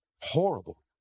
Horrible